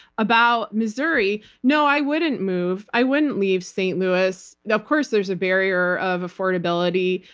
about missouri, no, i wouldn't move. i wouldn't leave st. louis. of course there's a barrier of affordability.